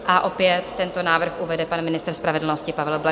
A opět tento návrh uvede pan ministr spravedlnosti Pavel Blažek.